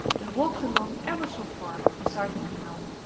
they walked along ever so far, beside the canal.